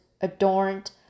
adorned